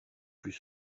plus